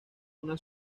una